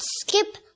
skip